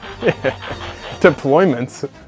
Deployments